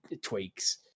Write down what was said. tweaks